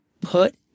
put